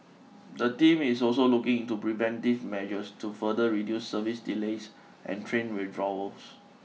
the team is also looking into preventive measures to further reduce service delays and train withdrawals